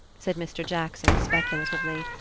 said mr. jackson, speculatively,